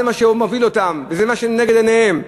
זה מה שמוביל אותם וזה מה שעומד לנגד עיניהם.